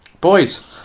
boys